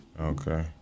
Okay